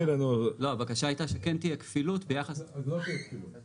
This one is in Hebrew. הבקשה הייתה שכן תהיה כפילות ביחס למקררים